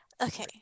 Okay